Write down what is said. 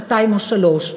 שנתיים או שלוש.